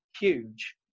huge